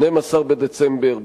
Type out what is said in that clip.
12 בדצמבר,